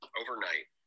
overnight